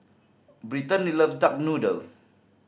Brittaney loves duck noodle